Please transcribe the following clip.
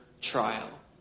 trial